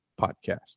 podcast